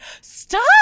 Stop